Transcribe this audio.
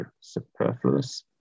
superfluous